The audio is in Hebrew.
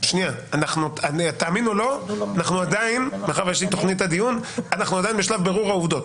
אנחנו עדיין בשלב בירור העובדות.